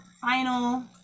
final